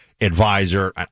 advisor